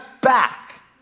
back